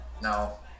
No